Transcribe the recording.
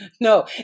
No